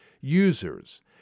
Users